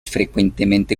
frecuentemente